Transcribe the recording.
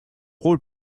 rôle